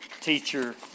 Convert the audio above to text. teacher